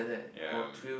ya